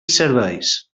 serveis